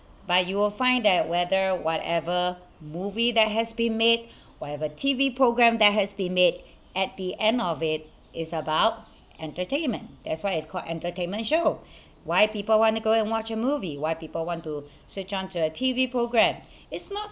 but you will find that whether whatever movie that has been made whatever T_V programme that has been made at the end of it it's about entertainment that's why it's called entertainment show why people want to go and watch a movie why people want to switch on to a T_V programme it's not